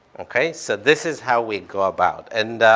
okay? so this is how we go about. and